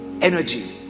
energy